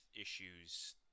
issues